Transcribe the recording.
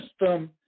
system